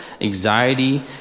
anxiety